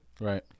Right